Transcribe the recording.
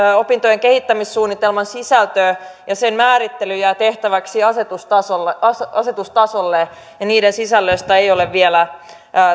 opintojen kehittämissuunnitelman sisältö ja sen määrittely jää tehtäväksi asetustasolle asetustasolle ja niiden sisällöstä ei ole vielä